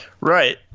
Right